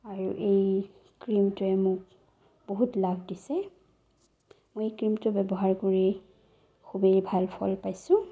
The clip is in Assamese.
আৰু এই ক্ৰিমটোৱে মোক বহুত লাভ দিছে মই এই ক্ৰিমটো ব্যৱহাৰ কৰি খুবেই ভাল ফল পাইছোঁ